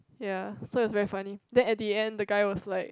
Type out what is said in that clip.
ya so it was very funny then at the end the guy was like